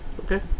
Okay